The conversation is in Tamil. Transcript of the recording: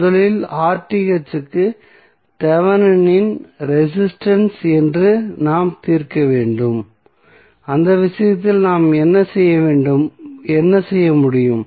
முதலில் க்கு தெவெனின் ரெசிஸ்டன்ஸ் என்று நாம் தீர்க்க வேண்டும் அந்த விஷயத்தில் நாம் என்ன செய்ய முடியும்